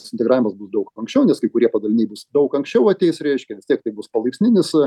susiintegravimas bus daug anksčiau nes kai kurie padaliniai bus daug anksčiau ateis reiškia vis tiek tai bus palaipsninis